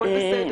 הכול בסדר.